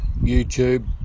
youtube